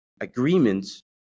agreements